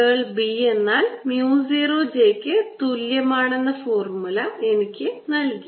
കേൾ B എന്നാൽ mu 0 j ക്ക് തുല്യമാണെന്ന് ഫോർമുല എനിക്ക് നൽകി